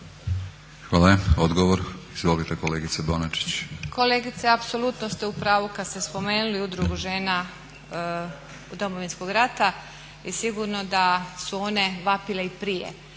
Hvala. Odgovor, izvolite kolegice Bonačić. **Šimac Bonačić, Tatjana (SDP)** Kolegice apsolutno ste u pravu kad ste spomenuli Udrugu žena Domovinskog rata i sigurno da su one vapile i prije.